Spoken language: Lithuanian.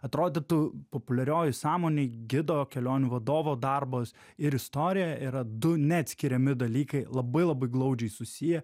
atrodytų populiarioj sąmonėj gido kelionių vadovo darbas ir istorija yra du neatskiriami dalykai labai labai glaudžiai susiję